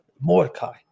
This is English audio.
Mordecai